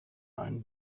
einen